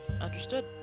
Understood